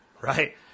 right